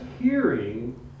hearing